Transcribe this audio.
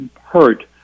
hurt